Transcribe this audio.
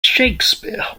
shakespeare